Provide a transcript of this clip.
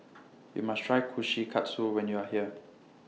YOU must Try Kushikatsu when YOU Are here